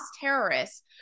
terrorists